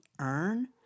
earn